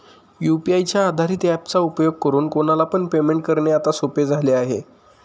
UPI च्या आधारित app चा उपयोग करून कोणाला पण पेमेंट करणे आता सोपे झाले आहे